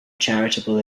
charitable